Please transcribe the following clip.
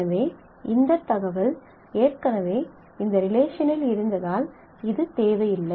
எனவே இந்த தகவல் ஏற்கனவே இந்த ரிலேஷனில் இருந்ததால் இது தேவையில்லை